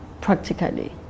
practically